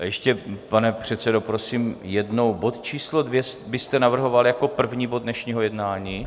A ještě, pane předsedo, prosím jednou, bod číslo 2 byste navrhoval jako první bod dnešního jednání?